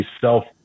self